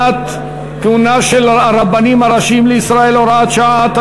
של הרבנים הראשיים לישראל) (הוראת שעה),